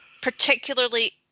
particularly